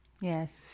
Yes